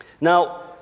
Now